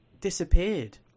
disappeared